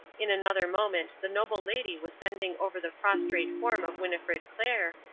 in another moment the noble lady was bending over the prostrate form of winnifred clair,